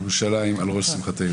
ירושלים ירושלים על ראש שמחתנו,